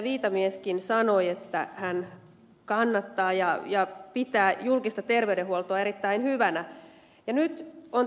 viitamieskin sanoi että hän kannattaa julkista terveydenhuoltoa ja pitää sitä erittäin hyvänä